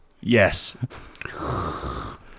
Yes